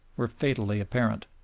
were fatally apparent.